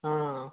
हा